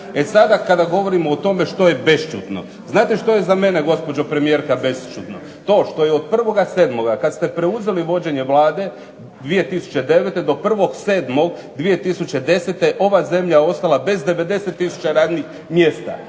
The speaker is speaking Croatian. E sada kada govorimo o tome što je bešćutno, znate što je za mene gospođo premijerka bešćutno? To što je od 1.7. kada ste preuzeli vođenje Vlade 2009. do 1.7.2010. ova zemlja ostala bez 90 tisuća radnih mjesta.